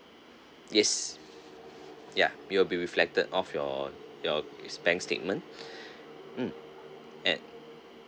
yes ya it will be reflected off your your s~ bank statement mm and